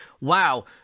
wow